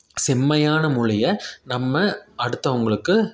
செம்மையான மொழிய நம்ம அடுத்தவங்களுக்கு